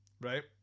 right